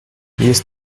jest